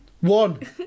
One